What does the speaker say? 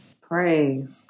Praise